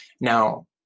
Now